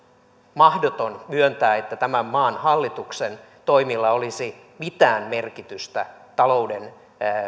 mahdoton myöntää että tämän maan hallituksen toimilla olisi mitään merkitystä talouden